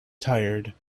tired